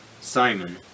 Simon